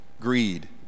greed